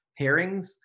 pairings